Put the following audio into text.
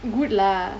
good lah